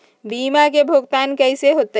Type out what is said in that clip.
बीमा के भुगतान कैसे होतइ?